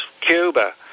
Cuba